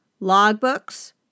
logbooks